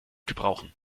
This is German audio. gebrauchen